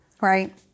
Right